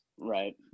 right